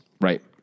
Right